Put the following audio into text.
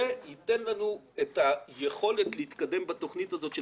זה ייתן לנו את היכולת להתקדם בתוכנית הזאת של